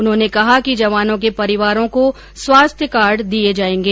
उन्होंने कहा कि जवानों के परिवारों को स्वास्थ्य कार्ड दिए जाएंगे